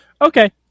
Okay